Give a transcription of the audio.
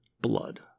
blood